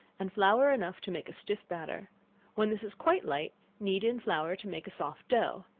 and flour enough to make a stiff batter when this is quite light, knead in flour to make a soft dough,